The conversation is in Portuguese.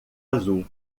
azul